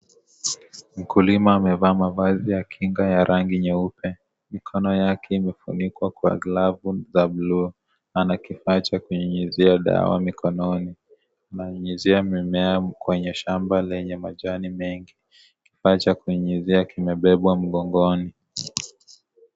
Mkulima amevaa mavazi ya kinga ya rangi nyeupe, mkono yake imefunikwa kwa glavu za bulu ana kifaa cha kunyunyuzia dawa mikononi, ananyunyuzia mimea kwenye shamba lenye majani mengi. Kifaa cha kunyunyuzia kimebebwa mgongoni.